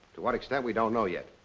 to what extent we don't know yet.